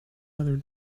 other